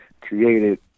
created